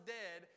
dead